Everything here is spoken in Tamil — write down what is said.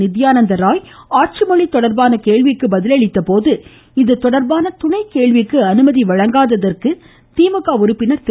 நித்யானந்த ராய் ஆட்சி மொழி தொடர்பான கேள்விக்கு பதில் அளித்த போது இதுதொடர்பான் துணைக் கேள்விக்கு அனுமதி வழங்காததற்கு திமுக உறுப்பினர் திரு